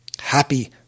Happy